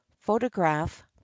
photograph